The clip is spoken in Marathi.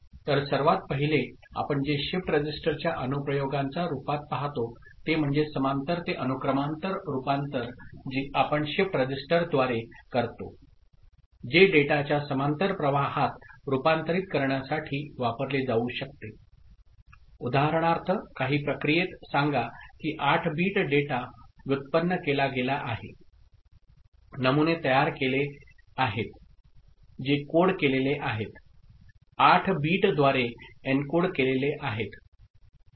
तर सर्वांत पहिले आपण जे शिफ्ट रजिस्टरच्या अनुप्रयोगांचा रुपात पाहतो ते म्हणजे समांतर ते अनुक्रमांतर रुपांतर जे आपण शिफ्ट रजिस्टरद्वारे करतो जे डेटाच्या समांतर प्रवाहात रूपांतरित करण्यासाठी वापरले जाऊ शकते उदाहरणार्थ काही प्रक्रियेत सांगा की 8 बिट डेटा व्युत्पन्न केला गेला आहे नमुने तयार केले आहेत जे कोड केलेले आहेत 8 बीटद्वारे एन्कोड केलेले आहेत